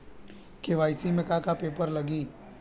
KYC में का का पेपर लगी?